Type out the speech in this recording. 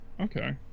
okay